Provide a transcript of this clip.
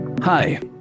Hi